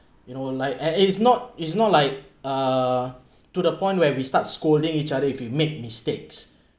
you know like and it's not it's not like uh to the point where we start scolding each other if you make mistakes